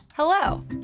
Hello